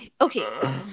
Okay